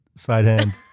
sidehand